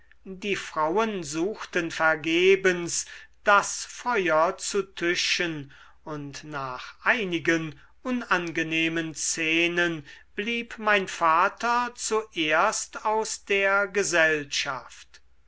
die frauen suchten vergebens das feuer zu tüschen und nach einigen unangenehmen szenen blieb mein vater zuerst aus der gesellschaft